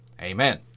Amen